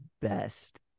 best